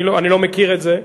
אני לא מכיר את זה,